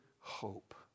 hope